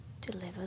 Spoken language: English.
deliver